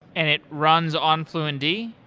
and it runs on fluentd?